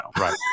Right